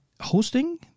hosting